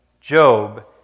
Job